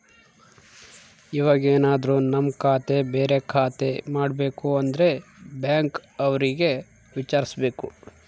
ಇವಾಗೆನದ್ರು ನಮ್ ಖಾತೆ ಬೇರೆ ಖಾತೆ ಮಾಡ್ಬೇಕು ಅಂದ್ರೆ ಬ್ಯಾಂಕ್ ಅವ್ರಿಗೆ ವಿಚಾರ್ಸ್ಬೇಕು